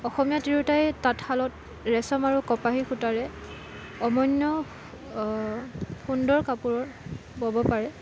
অসমীয়া তিৰোতাই তাঁত শালত ৰেচম আৰু কপাহী সূতাৰে অনন্য় সুন্দৰ কাপোৰ ব'ব পাৰে